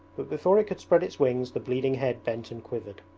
but before it could spread its wings the bleeding head bent and quivered.